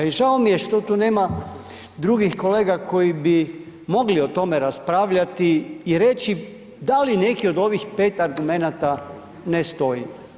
I žao mi je što tu nema drugih kolega koji bi mogli o tome raspravljati i reći da li neki od ovih 5 argumenata ne stoji.